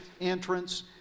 entrance